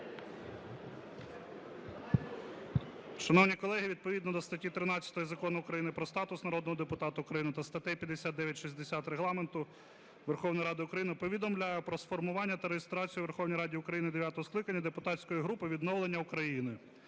Шановні колеги, відповідно до статті 13 Закону України "Про статус народного депутата України" та статей 59, 60 Регламенту Верховної Ради України повідомляю про сформування та реєстрацію у Верховній Раді України дев'ятого скликання депутатської групи "Відновлення України",